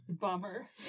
Bummer